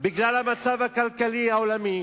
בגלל המצב הכלכלי העולמי,